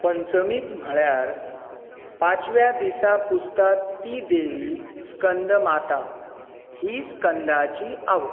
पंचमीक म्हळ्यार पांचव्या दिसा पुजतात ती देवी स्कंदमाता ही स्कंदाची आवय